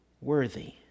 worthy